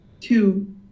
Two